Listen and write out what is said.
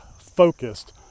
focused